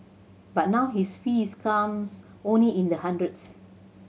but now his fees comes only in the hundreds